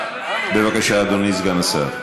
בבקשה, אדוני סגן השר.